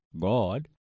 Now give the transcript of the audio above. God